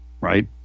right